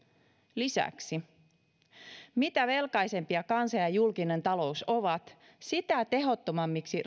lisäksi mitä velkaisempia kansa ja ja julkinen talous ovat sitä tehottomammiksi